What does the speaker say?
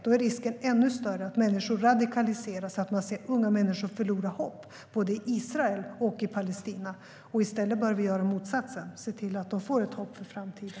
Då är risken ännu större att människor radikaliseras och att man ser unga människor förlora hopp både i Israel och i Palestina. I stället bör vi göra motsatsen, det vill säga se till att de får ett hopp för framtiden.